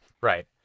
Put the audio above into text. right